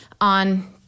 on